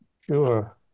sure